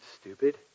stupid